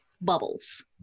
Bubbles